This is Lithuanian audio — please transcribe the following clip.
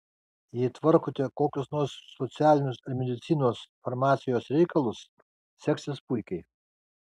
jei tvarkote kokius nors socialinius ar medicinos farmacijos reikalus seksis puikiai